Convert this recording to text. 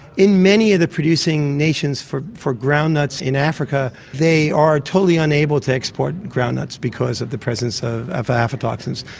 in many of the producing nations for for groundnuts in africa, they are totally unable to export groundnuts because of the presence of of aflatoxins.